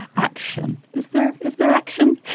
action is there. is there action?